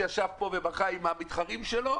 שישב פה ובכה עם המתחרים שלו,